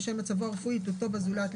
בשל מצבו הרפואי ותלותו בזולת,